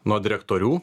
nuo direktorių